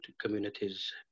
communities